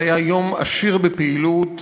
זה היה יום עשיר בפעילות,